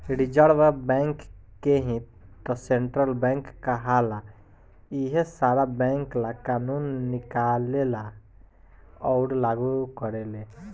reserve Bank के ही त सेन्ट्रल बैंक कहाला इहे सारा बैंक ला कानून निकालेले अउर लागू करेले